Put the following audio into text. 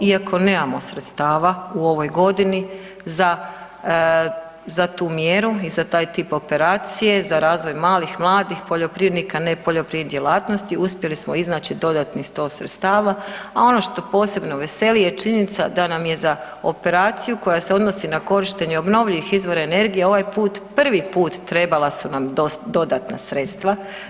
Iako nemamo sredstava u ovoj godini za tu mjeru i za taj tip operacije za razvoj malih, mladih poljoprivrednika nepoljoprivrednih djelatnosti uspjeli smo iznaći dodatnih 100 sredstava, a ono što posebno veseli je činjenica da nam je za operaciju koja se odnosi na korištenje obnovljivih izvora energije ovaj puta prvi put trebala su nam dodatna sredstva.